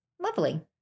Lovely